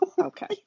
okay